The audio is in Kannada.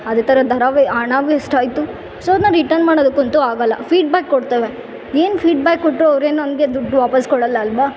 ಅದೇ ಥರ ದರವೇ ಹಣ ವೇಸ್ಟ್ ಆಯಿತು ಸೊ ಅದ್ನ ರಿಟರ್ನ್ ಮಾಡೋದುಕ್ಕಂತು ಆಗಲ್ಲ ಫೀಡ್ಬ್ಯಾಕ್ ಕೊಡ್ತೇವೆ ಏನು ಫೀಡ್ಬ್ಯಾಕ್ ಕೊಟ್ಟರೂ ಅವ್ರೇನು ನಮ್ಗೆ ದುಡ್ಡು ವಾಪಾಸ್ಸು ಕೊಡಲ್ಲಲ್ಲವಾ